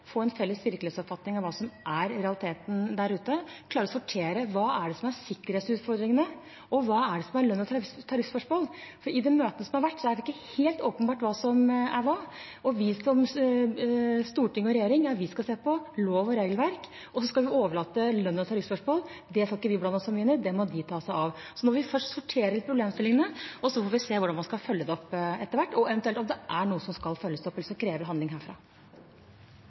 få en felles virkelighetsoppfatning av hva som er realiteten der ute – og klare å sortere hva som er sikkerhetsutfordringene, og hva som er lønns- og tariffspørsmål. I det møtet som har vært, er det ikke helt åpenbart hva som er hva. Vi som storting og regjering skal se på lov og regelverk, og lønns- og tariffspørsmål får ikke vi blande oss så mye inn i, det må andre ta seg av. Vi må først sortere problemstillingene, så får vi se hvordan vi skal følge det opp etter hvert – om det eventuelt er noe som skal følges opp, og som krever handling herfra.